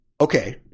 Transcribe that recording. okay